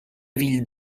ville